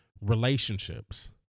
relationships